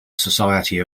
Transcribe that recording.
society